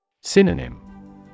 Synonym